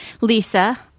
Lisa